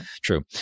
True